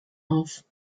auf